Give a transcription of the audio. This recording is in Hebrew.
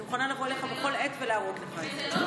אני מוכנה לבוא אליך בכל עת ולהראות לך את זה.